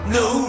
no